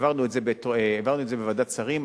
העברנו את זה בוועדת שרים,